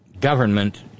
government